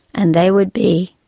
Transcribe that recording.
and they would be,